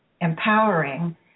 empowering